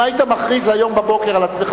אם היית מכריז היום בבוקר על עצמך